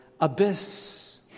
abyss